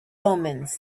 omens